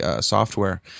software